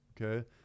Okay